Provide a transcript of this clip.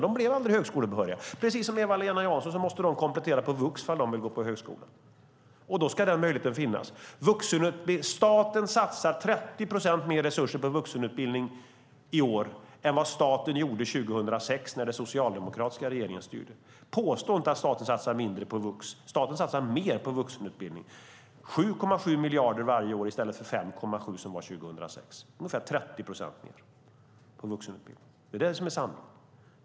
De blir aldrig högskolebehöriga. De måste komplettera på vuxenutbildningen om de vill gå på högskola, precis som Eva-Lena Jansson, och då ska den möjligheten finnas. Staten satsar 30 procent mer resurser på vuxenutbildning i år än vad staten gjorde 2006 när den socialdemokratiska regeringen styrde. Påstå inte att staten satsar mindre på vuxenutbildningen. Staten satsar mer på vuxenutbildningen. Det är 7,7 miljarder varje år i stället för 5,7, som det var 2006. Det är ungefär 30 procent mer på vuxenutbildningen. Det är sanningen.